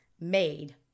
made